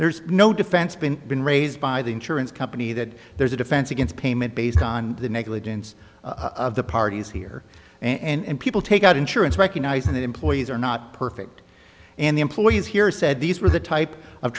there's no defense been been raised by the insurance company that there's a defense against payment based on the negligence of the parties here and people take out insurance recognizing that employees are not perfect and the employees here said these were the type of